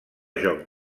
joc